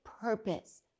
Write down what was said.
purpose